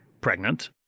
pregnant